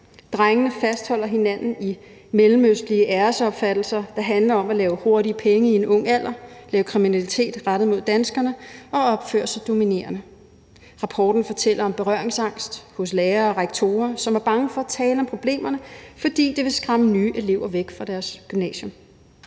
drengene fastholder hinanden i mellemøstlige æresopfattelser, der handler om at lave hurtige penge i en ung alder, lave kriminalitet rettet mod danskerne og opføre sig dominerende. Rapporten fortæller om berøringsangst hos lærere og rektorer, som er bange for at tale om problemerne, fordi det vil skræmme nye elever væk fra deres gymnasier.